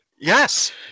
Yes